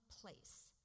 place